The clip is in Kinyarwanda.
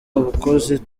abakozi